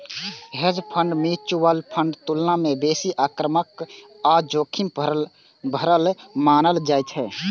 hedge fund mutual फंडक तुलना मे बेसी आक्रामक आ जोखिम भरल मानल जाइ छै